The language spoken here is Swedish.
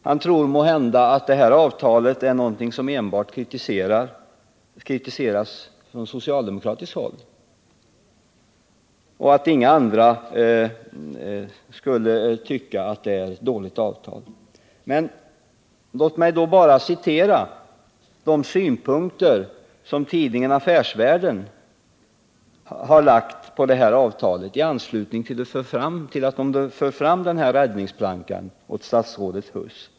Han tror måhända att avtalet endast kritiseras från socialdemokratiskt håll och att inga andra skulle tycka att det är ett dåligt avtal. Låt mig då bara citera de synpunkter som tidningen Affärsvärlden har lagt på det här avtalet i anslutning till att tidningen för fram sin räddningsplanka åt statsrådet Huss.